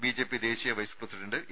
BJP ദേശീയ vice president A